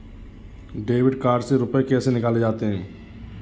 Debit card से रुपये कैसे निकाले जाते हैं?